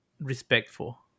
respectful